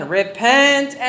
repent